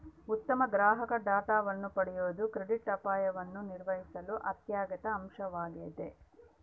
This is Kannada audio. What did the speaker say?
ಉತ್ತಮ ಗ್ರಾಹಕ ಡೇಟಾವನ್ನು ಪಡೆಯುವುದು ಕ್ರೆಡಿಟ್ ಅಪಾಯವನ್ನು ನಿರ್ವಹಿಸಲು ಅತ್ಯಗತ್ಯ ಅಂಶವಾಗ್ಯದ